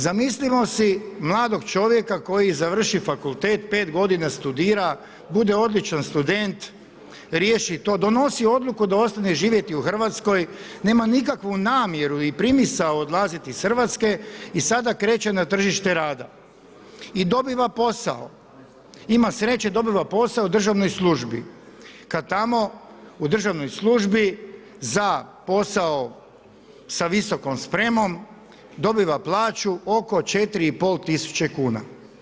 Zamislimo si mladog čovjeka koji završi fakultet, 5 godina studira, bude odličan student, riješi to, donosi odluku da ostane živjeti u Hrvatskoj, nema nikakvu namjeru i primisao odlazit iz Hrvatske i sada kreće na tržište rada i dobiva posao, ima sreće, dobiva posao u državnoj službi kad tamo u državnoj službi za posao sa visokom spremom dobiva plaću oko 4500 kn.